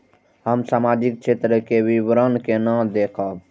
हम सामाजिक क्षेत्र के विवरण केना देखब?